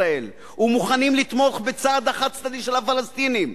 ישראל ומוכנות לתמוך בצעד החד-צדדי של הפלסטינים,